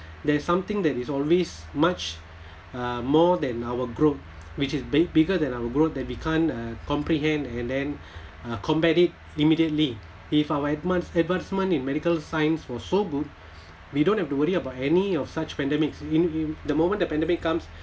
there's something that is always much uh more than our growth which is big~ bigger than our growth that we can't uh comprehend and then uh combat it immediately if our advance~ advancement in medical science was so good we don't have to worry about any of such pandemics in in the moment the pandemic comes